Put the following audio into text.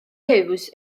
hughes